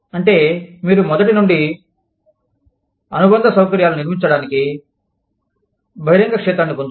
అంటే మీరు మొదటి నుండి అనుబంధ సౌకర్యాలను నిర్మించడానికి బహిరంగ క్షేత్రాన్ని పొందుతారు